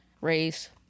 race